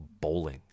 bowling